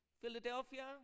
Philadelphia